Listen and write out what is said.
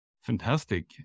Fantastic